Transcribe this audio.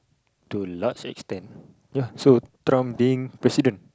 to large extent ya so Trump being president